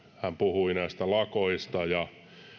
hän puhui näistä lakoista ja